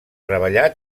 treballar